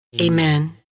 Amen